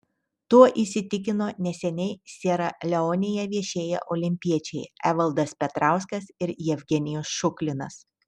tuo įsitikino neseniai siera leonėje viešėję olimpiečiai evaldas petrauskas ir jevgenijus šuklinas